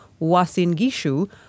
Wasingishu